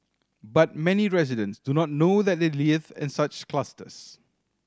but many residents do not know that they live in such clusters